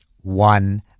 one